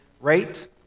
Rate